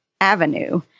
avenue